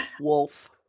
wolf